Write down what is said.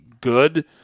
good